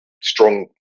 strong